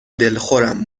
دلخورم